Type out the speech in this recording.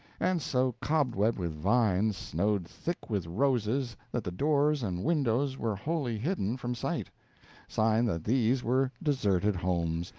and so cobwebbed with vines snowed thick with roses that the doors and windows were wholly hidden from sight sign that these were deserted homes,